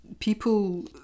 people